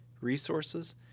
resources